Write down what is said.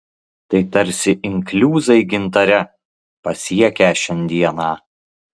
tai tarsi inkliuzai gintare pasiekę šiandieną